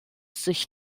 sich